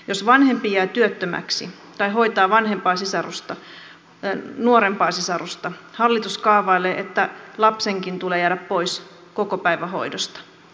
jos vanhempi jää työttömäksi tai hoitaa nuorempaa sisarusta hallitus kaavailee että lapsen tulee jäädä pois kokopäivähoidosta